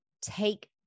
take